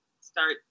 start